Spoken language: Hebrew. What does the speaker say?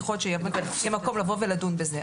יכול להיות שיהיה מקום לבוא ולדון בזה,